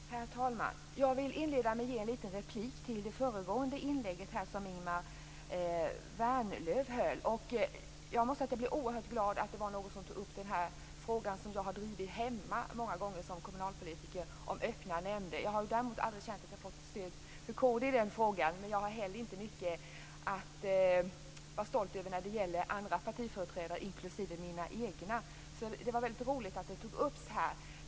Herr talman! Jag vill inleda med att ge en liten replik till det föregående inlägget som Ingemar Vänerlöv höll här. Jag måste säga att jag blir oerhört glad att det var någon som tog upp den här frågan om öppna nämnder som jag har drivit hemma många gånger som kommunalpolitiker. Jag har däremot aldrig känt att jag har fått stöd från kd i den frågan, men jag har heller inte mycket att vara stolt över när det gäller andra partiföreträdare inklusive mina egna partikamrater. Det var därför väldigt roligt att det togs upp här.